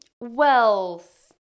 wealth